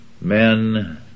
Men